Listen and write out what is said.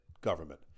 government